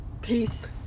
Peace